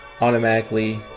automatically